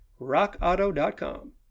rockauto.com